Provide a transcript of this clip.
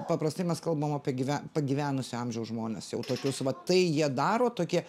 paprastai mes kalbam apie gyve pagyvenusio amžiaus žmones jau tokius vat tai jie daro tokie